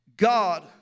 God